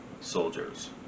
soldiers